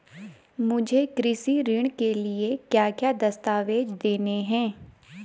मुझे कृषि ऋण के लिए क्या क्या दस्तावेज़ देने हैं?